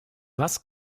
was